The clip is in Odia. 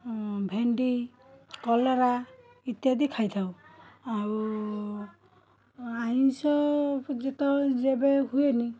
ଉଁ ଭେଣ୍ଡି କଲରା ଇତ୍ୟାଦି ଖାଇଥାଉ ଆଉ ଆଇଁଷ ଯେତେବେଳେ ଯେବେ ହୁଏନି